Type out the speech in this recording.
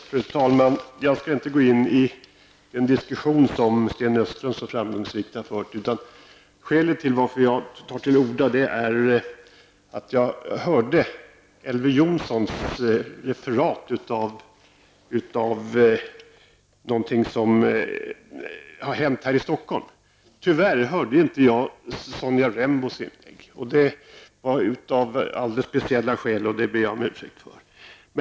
Fru talman! Jag skall inte gå in i den diskussion som Sten Östlund så framgångsrikt har fört, utan skälet till att jag tar till orda är att jag hörde Elver Jonssons referat av någonting som har hänt här i Stockholm. Tyvärr hörde jag inte Sonja Rembos inlägg. Det var av alldeles speciella skäl, och det ber jag om ursäkt för.